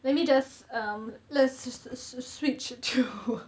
let me just um let's just switch to